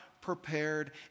prepared